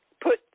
put